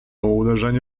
uderzenie